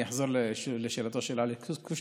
אני חוזר לשאלתו של אלכס קושניר,